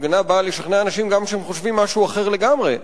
הפגנה באה לשכנע אנשים גם כשהם חושבים משהו אחר לגמרי,